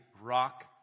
rock